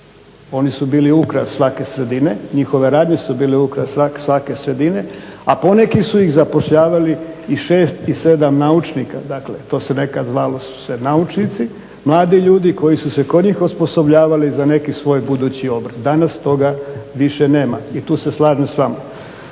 Oni su bili ukras svake sredine, njihove radnje su bile ukras svake sredine, a poneki su zapošljavali i šest i sedam naučnika. Dakle, to se nekad zvali su se naučnici, mladi ljudi koji su se kod njih osposobljavali za neki svoj budući obrt. Danas toga više nema i tu se slažem sa vama.